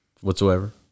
whatsoever